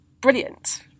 brilliant